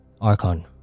Archon